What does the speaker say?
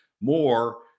more